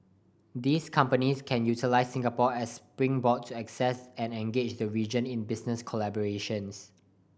these companies can utilise Singapore as springboard to access and engage the region in business collaborations